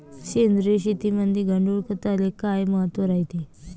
सेंद्रिय शेतीमंदी गांडूळखताले काय महत्त्व रायते?